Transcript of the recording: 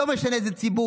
ולא משנה איזה ציבור,